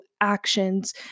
actions